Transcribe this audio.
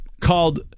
...called